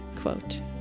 quote